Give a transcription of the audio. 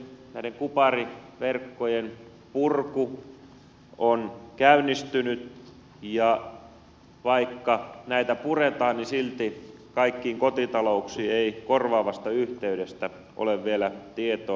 lankaverkkojen näiden kupariverkkojen purku on käynnistynyt ja vaikka näitä puretaan silti kaikkiin kotitalouksiin ei korvaavasta yhteydestä ole vielä tietoa